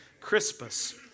Crispus